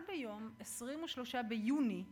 רק ב-23 באוגוסט,